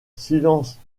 silence